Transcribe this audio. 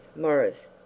Morris